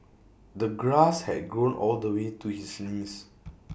the grass had grown all the way to his knees